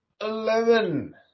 Eleven